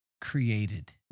created